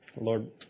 Lord